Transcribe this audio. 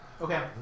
Okay